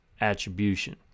attribution